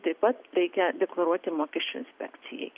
taip pat reikia deklaruoti mokesčių inspekcijai